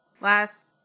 last